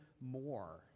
more